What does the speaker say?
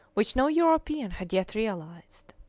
which no european had yet realised.